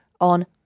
on